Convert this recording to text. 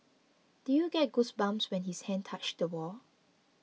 did you get goosebumps when his hand touched the wall